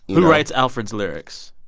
who writes alfred's lyrics?